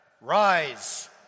rise